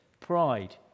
pride